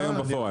אני